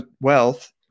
wealth